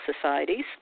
Societies